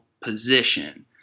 position